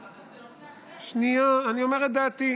אבל זה נושא אחר, שנייה, אני אומר את דעתי.